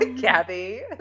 Gabby